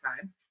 time